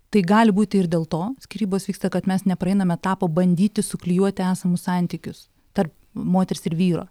tai gali būti ir dėl to skyrybos vyksta kad mes nepraeiname pabandyti suklijuoti esamus santykius tarp moters ir vyro